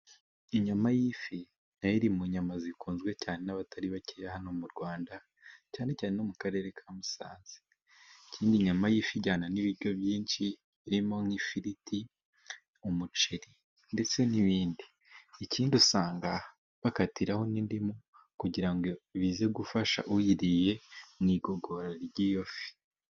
Inyama y' ifi na yo iri mu nyama zikunzwe cyane n'abatari bake , hano mu Rwanda cyane cyane no mu karere ka musanze. Ikindi inyama y'ifi ijyana n'ibiryo byinshi irimo nk'ifiriti, umuceri ndetse n' ibindi ... Ikindi usanga bakatiraho n' indimu kugira ngo bize gufasha uyiriye mu igogora ry' iyo fi.